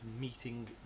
meeting